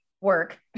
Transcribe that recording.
work